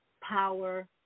power